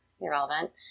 irrelevant